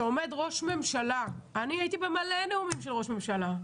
כשעומד ראש ממשלה ואני הייתי בהרבה נאומים של ראש ממשלה,